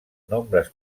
nombres